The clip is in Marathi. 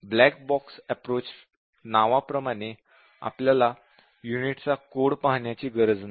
ब्लॅक बॉक्स अँप्रोच नावाप्रमाणे आपल्याला युनिट चा कोड पाहण्याची गरज नाही